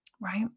right